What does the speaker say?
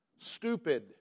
Stupid